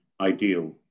ideal